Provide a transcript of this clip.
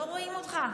לא רואים אותך.